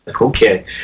Okay